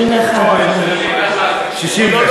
61. לא,